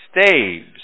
staves